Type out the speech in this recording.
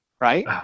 right